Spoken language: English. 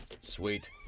Sweet